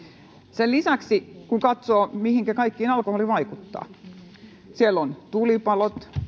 sen lisäksi kun katsoo mihinkä kaikkeen alkoholi vaikuttaa on tulipalot